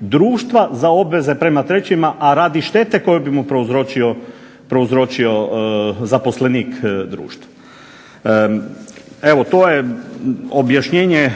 društva za obveze prema trećima, a radi štete koju bi mu prouzročio zaposlenik društva. Evo to je objašnjenje,